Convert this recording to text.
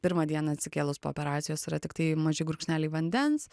pirmą dieną atsikėlus po operacijos yra tiktai maži gurkšneliai vandens